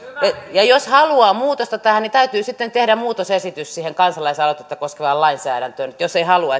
ja jos haluaa muutosta tähän niin täytyy sitten tehdä muutosesitys siihen kansalaisaloitetta koskevaan lainsäädäntöön jos ei halua